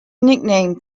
nicknamed